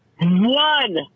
One